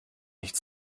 nicht